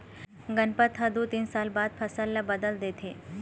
गनपत ह दू तीन साल बाद फसल ल बदल देथे